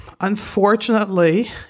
unfortunately